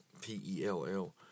P-E-L-L